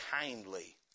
kindly